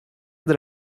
der